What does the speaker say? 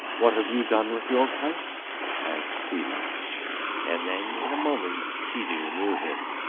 what have you done with your pipes asked he and then in a moment tiidu knew him.